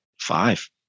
Five